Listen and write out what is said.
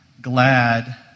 glad